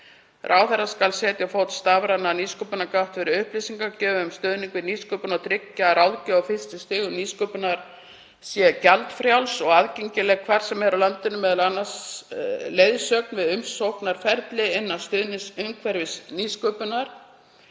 Ráðherra skal setja á fót stafræna nýsköpunargátt fyrir upplýsingagjöf um stuðning við nýsköpun og tryggja að ráðgjöf á fyrstu stigum nýsköpunarverkefna sé gjaldfrjáls og aðgengileg hvar sem er á landinu, m.a. leiðsögn við umsóknarferli innan stuðningsumhverfis nýsköpunar.